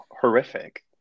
horrific